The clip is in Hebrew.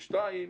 ושנית,